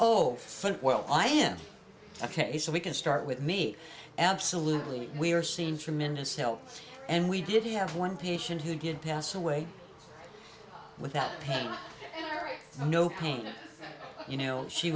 oh well i am ok so we can start with me absolutely we are seeing tremendous help and we did have one patient who did pass away with that pain and no pain you know she